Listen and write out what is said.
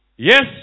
Yes